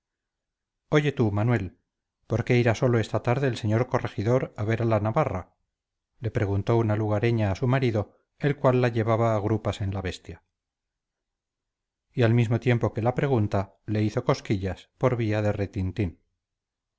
oye tú manuel por qué irá solo esta tarde el señor corregidor a ver a la navarra le preguntó una lugareña a su marido el cual la llevaba a grupas en la bestia y al mismo tiempo que la pregunta le hizo cosquillas por vía del retintín